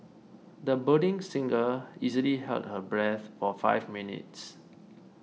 the budding singer easily held her breath for five minutes